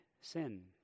sin